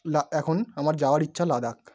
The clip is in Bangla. লা এখন আমার যাওয়ার ইচ্ছা লাদাখ